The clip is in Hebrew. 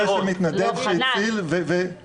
מקרה של מתנדב והציל ונפטר כתוצאה מזה.